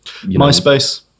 MySpace